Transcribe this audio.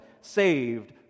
saved